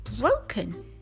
broken